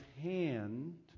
hand